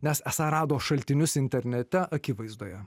nes esą rado šaltinius internete akivaizdoje